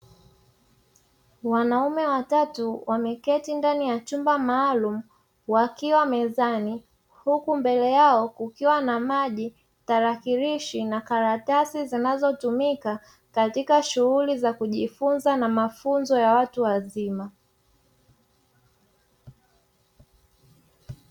Wanaume watatu wameketi ndani ya chumba maalum wakiwa mezani huku mbele yao kukiwa na maji, tarakirishi na karatasi zinazotumika katika shughuli za kujifunza na mafunzo ya watu wazima.